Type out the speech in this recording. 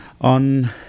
on